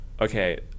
okay